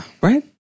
Right